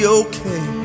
okay